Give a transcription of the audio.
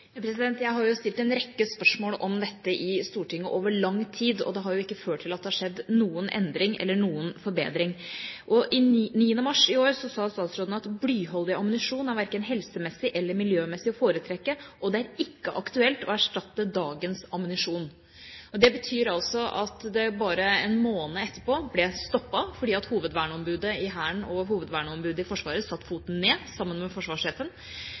Jeg har jo stilt en rekke spørsmål om dette i Stortinget over lang tid, og det har ikke ført til at det har skjedd noen endring eller noen forbedring. 9. mars i år sa statsråden at «blyholdig ammunisjon er verken helsemessig eller miljømessig å foretrekke, og det er ikke aktuelt å erstatte dagens ammunisjon». Det betyr altså at det bare én måned etter ble stoppet fordi hovedverneombudet i Hæren og hovedverneombudet i Forsvaret, sammen med forsvarssjefen, satte foten ned.